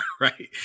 right